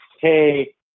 hey